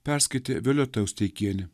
perskaitė violeta osteikienė